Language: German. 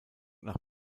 nach